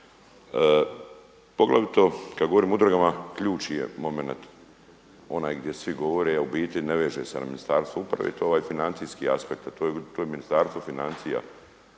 Poglavito kad govorim o udrugama ključni je momenat onaj gdje svi govore, a u biti ne veže se na Ministarstvo uprave, a to je ovaj financijski aspekt a to je Ministarstvo financija.